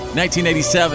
1987